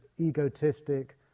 egotistic